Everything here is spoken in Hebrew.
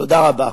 תודה רבה.